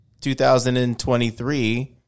2023